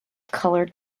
color